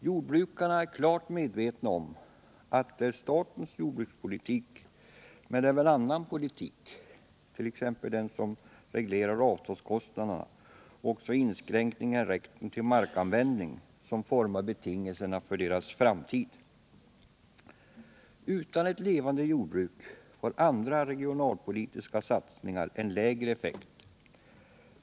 Jordbrukarna är klart medvetna om att det är statens jordbrukspolitik men även annan politik, t.ex. den som reglerar avståndskostnader och inskränkningar i rätten till markanvändning, som formar betingelserna för deras framtid. Utan ett levande jordbruk får andra regionalpolitiska satsningar en lägre effekt.